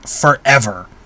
forever